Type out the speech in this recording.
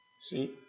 See